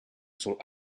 sont